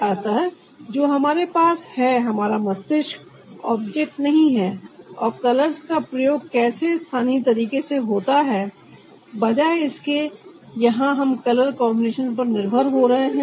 अतः जो हमारे पास है हमारा मस्तिष्क ऑब्जेक्ट नहीं है और कलर्स का प्रयोग कैसे स्थानीय तरीके से होता है बजाय इसके यहां हम कलर कॉन्बिनेशन पर निर्भर हो रहे हैं